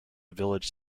village